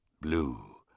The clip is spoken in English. Blue